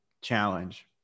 challenge